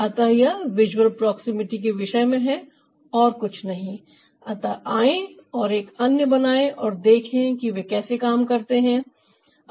अतः यह visual proximity के विषय में है और कुछ नहीं अतः आएं और एक अन्य बनाएं और देखें कि वे कैसे काम करतें हैं